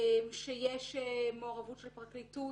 שיש מעורבות של פרקליטות